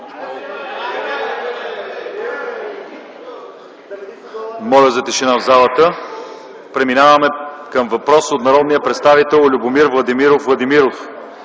Моля за тишина в залата. Преминаваме към въпрос от народния представител Любомир Владимиров